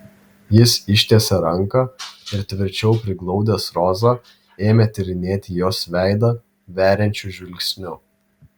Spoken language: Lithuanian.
jis ištiesė ranką ir tvirčiau priglaudęs rozą ėmė tyrinėti jos veidą veriančiu žvilgsniu